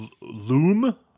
Loom